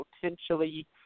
potentially